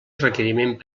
requeriment